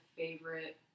favorite